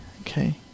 okay